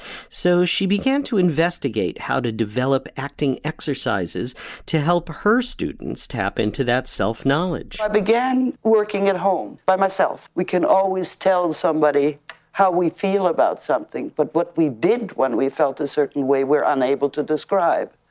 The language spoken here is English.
so she began to investigate how to develop acting exercises to help her students tap into that self-knowledge i began working at home by myself. we can always tell somebody how we feel about something but what we did when we felt a certain way we're unable to describe.